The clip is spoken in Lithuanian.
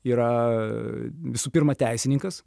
yra visų pirma teisininkas